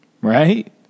Right